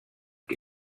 que